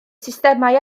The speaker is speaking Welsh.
systemau